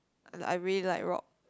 like I really like rock